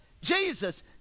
Jesus